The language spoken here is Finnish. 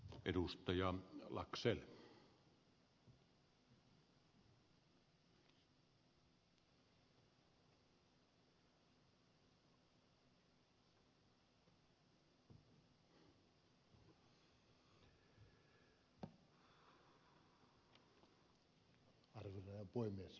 arvoisa herra puhemies